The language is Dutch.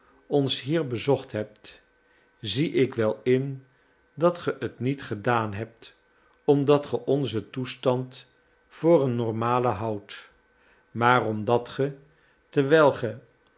ons hier bezocht hebt zie ik wel in dat ge het niet gedaan hebt omdat ge onzen toestand voor een normalen houdt maar omdat ge terwijl ge